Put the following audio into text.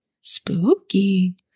Spooky